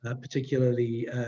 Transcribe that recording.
particularly